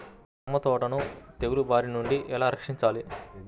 నిమ్మ తోటను తెగులు బారి నుండి ఎలా రక్షించాలి?